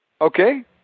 Okay